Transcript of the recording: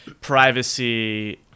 Privacy